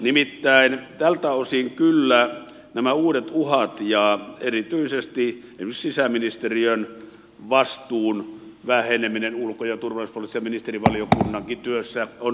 nimittäin tältä osin kyllä nämä uudet uhat ja erityisesti esimerkiksi sisäministeriön vastuun väheneminen ulko ja turvallisuuspoliittisen ministerivaliokunnankin työssä ovat silmillepistäviä